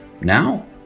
Now